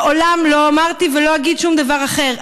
מעולם לא אמרתי ולא אגיד שום דבר אחר.